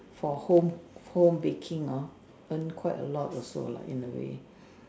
for home home baking hor earn quite a lot also lah in a way